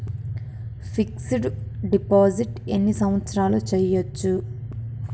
Fix డ్ deposit ఎన్ని సంవత్సరాలు చేయచ్చు?